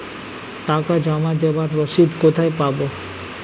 টাকা জমা দেবার রসিদ কোথায় পাব?